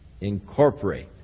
Incorporate